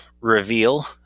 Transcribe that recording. reveal